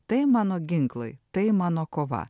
tai mano ginklai tai mano kova